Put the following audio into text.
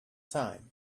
time